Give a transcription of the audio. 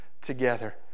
together